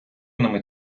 ними